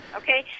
okay